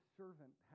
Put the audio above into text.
servant